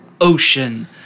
ocean